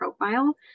profile